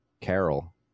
Carol